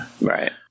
Right